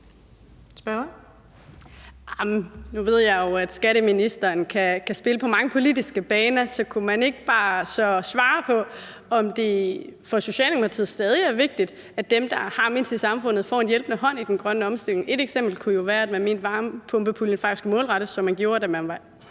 Nu ved jeg jo, at skatteministeren kan spille på mange politiske baner, så kunne man så ikke bare svare på, om det for Socialdemokratiet stadig er vigtigt, at dem, der har mindst i samfundet, får en hjælpende hånd i den grønne omstilling? Et eksempel kunne jo være, at man mente, at varmepumpepuljen faktisk skulle målrettes, som man gjorde det, da man var